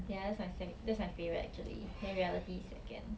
ya that's my sec~ that's my favourite actually then reality is second